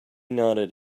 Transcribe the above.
nodded